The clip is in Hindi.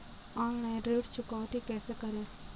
ऑनलाइन ऋण चुकौती कैसे करें?